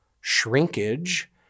shrinkage